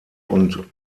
und